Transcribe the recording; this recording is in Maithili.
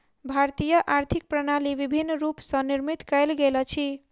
भारतीय आर्थिक प्रणाली विभिन्न रूप स निर्मित कयल गेल अछि